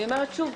אני אומרת שוב,